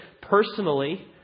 personally